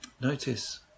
notice